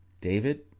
David